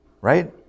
right